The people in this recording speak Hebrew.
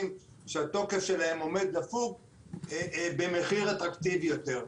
שהתוקף שלהם עומד לפוג במחיר אטרקטיבי יותר.